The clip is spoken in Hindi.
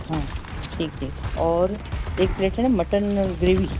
हाँ ठीक है और एक प्लेट है ना मटन ग्रेवी